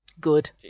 Good